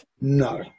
No